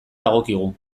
dagokigu